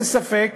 אין ספק